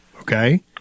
Okay